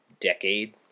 decade